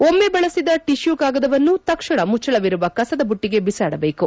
ಒಮ್ಮ ಬಳಸಿದ ಟಷ್ಣೂ ಕಾಗದವನ್ನು ತಕ್ಷಣ ಮುಚ್ಚಳವಿರುವ ಕಸದ ಬುಟ್ಟಿಗೆ ಬಿಸಾಡಬೇಕು